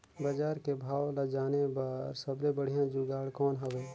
बजार के भाव ला जाने बार सबले बढ़िया जुगाड़ कौन हवय?